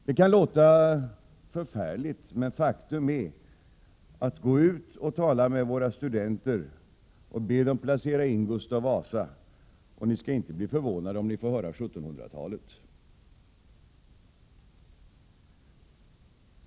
Det kan låta förfärligt, men faktum är att om man går ut och talar med våra studenter och ber dem placera in Gustav Vasa i tiden skall man inte bli förvånad om man får höra 1700-talet.